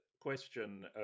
question